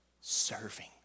serving